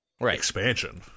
expansion